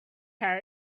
hair